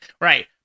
Right